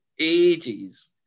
ages